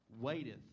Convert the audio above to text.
waiteth